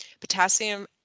potassium